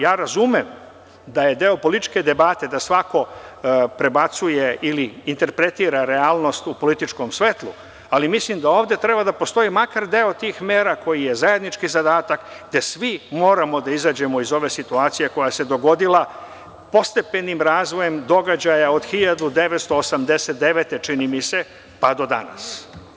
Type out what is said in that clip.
Ja razumem da je deo političke debate da svako prebacuje ili interpretira realnost u političkom svetlu, ali mislim da ovde treba da postoji makar deo tih mera koji je zajednički zadatak, gde svi moramo da izađemo iz ove situacije koja se dogodila postepenim razvojem događaja od 1989. godine, čini mi se, pa do danas.